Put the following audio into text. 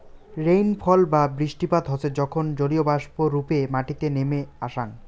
rainfall বা বৃষ্টিপাত হসে যখন জলীয়বাষ্প রূপে মাটিতে নেমে আসাং